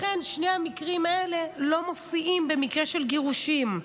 שני המקרים האלה לא מופיעים במקרה של גירושים.